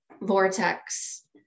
vortex